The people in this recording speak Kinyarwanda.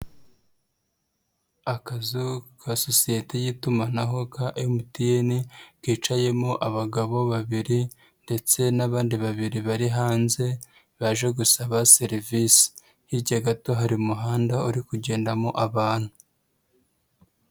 Akazu ka sosiyete y'itumanaho ka MTN, kicayemo abagabo babiri ndetse n'abandi babiri bari hanze, baje gusaba serivisi. Hirya gato hari umuhanda uri kugendamo abantu.